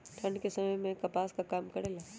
ठंडा के समय मे कपास का काम करेला?